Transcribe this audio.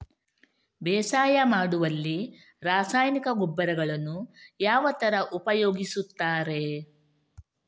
ಬೇಸಾಯ ಮಾಡುವಲ್ಲಿ ರಾಸಾಯನಿಕ ಗೊಬ್ಬರಗಳನ್ನು ಯಾವ ತರ ಉಪಯೋಗಿಸುತ್ತಾರೆ?